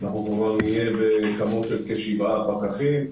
כבר נהיה עם כשבעה פקחים.